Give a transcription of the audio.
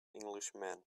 englishman